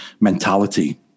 mentality